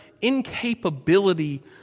incapability